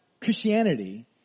Christianity